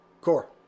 Core